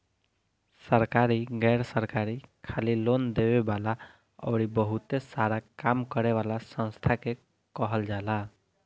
सरकारी, गैर सरकारी, खाली लोन देवे वाला अउरी बहुते सारा काम करे वाला संस्था के कहल जाला